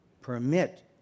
permit